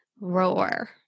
roar